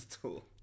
tool